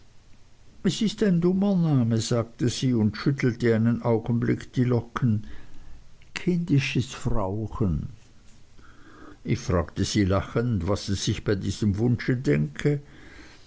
es ist ein dummer name sagte sie und schüttelte einen augenblick die locken kindisches frauchen ich fragte sie lachend was sie sich bei diesem wunsche denke